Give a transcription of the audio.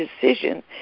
decision